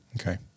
Okay